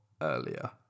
earlier